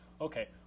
Okay